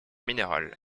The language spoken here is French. minérale